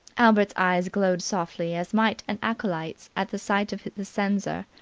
albert's eyes glowed softly, as might an acolyte's at the sight of the censer.